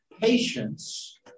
patience